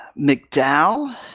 McDowell